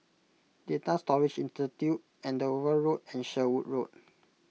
Data Storage Institute Andover Road and Sherwood Road